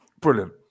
Brilliant